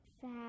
Sad